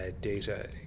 data